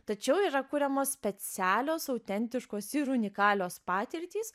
tačiau yra kuriamos specialios autentiškos ir unikalios patirtys